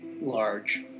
large